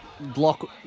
Block